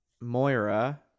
Moira